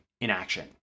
inaction